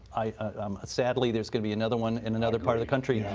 um sadly, there is going to be another one in another part of the country.